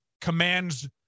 commands